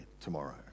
tomorrow